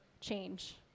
change